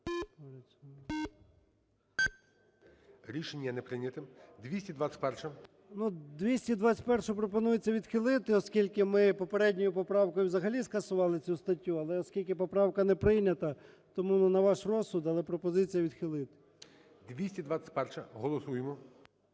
ЧЕРНЕНКО О.М. Ну, 221-у пропонується відхилити, оскільки ми попередньою поправкою взагалі скасували цю статтю. Але оскільки поправка не прийнята, тому на ваш розсуд. Але пропозиція відхилити. ГОЛОВУЮЧИЙ.